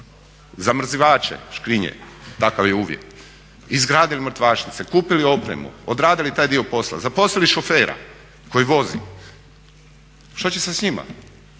zamrzivače, škrinje, takav je uvjet, izgradili mrtvačnice, kupili opremu, odradili taj dio posla, zaposlili šofera koji vozi. Što će sad s njima?